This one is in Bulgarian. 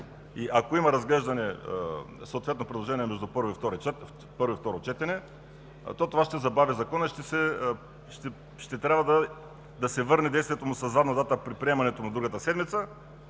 ако има разглеждане на предложения между първо и второ четене, то това ще забави Закона и ще трябва да се върне действието му със задна дата при приемането му другата седмица